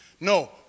No